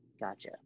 gotcha